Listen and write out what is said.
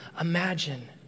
imagine